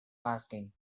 asking